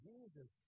Jesus